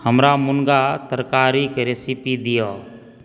हमरा मुनगा तरकारीक रेसिपी दिअ